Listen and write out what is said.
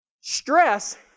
Stress